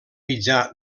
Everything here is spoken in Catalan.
mitjà